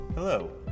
Hello